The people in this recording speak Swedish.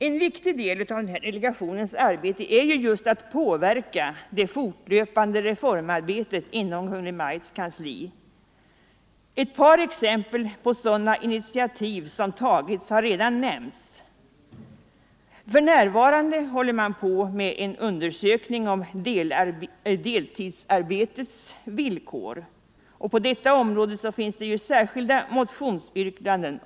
En viktig del av delegationens arbete är just att påverka det fortlöpande reformarbetet inom Kungl. Maj:ts kansli. Ett par exempel på sådana initiativ som tagits har redan nämnts. För närvarande håller man på med en undersökning om deltidsarbetets villkor. På detta område finns särskilda motionsyrkanden.